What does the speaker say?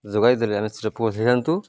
ଯୋଗାଇ ଦେଲେ ଆମେ ହେଇଯାନ୍ତୁ